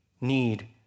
need